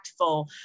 impactful